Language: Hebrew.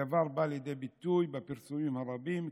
הדבר בא לידי ביטוי בפרסומים הרבים,